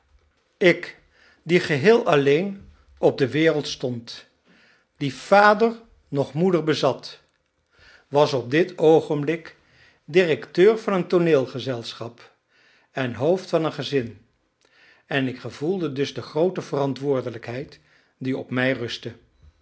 ik die geheel alleen op de wereld stond die vader noch moeder bezat was op dit oogenblik directeur van een tooneelgezelschap en hoofd van een gezin en ik gevoelde dus de groote verantwoordelijkheid die op mij rustte